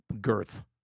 girth